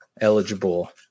Eligible